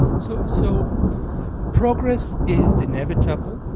so so progress is inevitable.